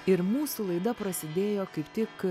ir mūsų laida prasidėjo kaip tik